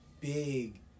big